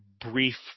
brief